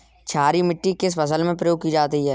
क्षारीय मिट्टी किस फसल में प्रयोग की जाती है?